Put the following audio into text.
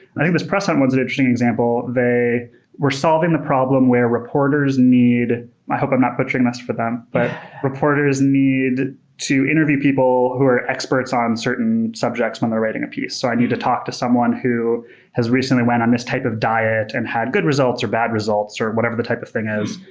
i think this press hunt one is an interesting example. they were solving the problem where reporters need i hope i'm not butchering this for them, but reporters need to interview people who are experts on certain subjects when they're writing a piece. so i need to talk to someone who has recently went on this type of diet and had good results, or bad results, or whatever the type of thing is.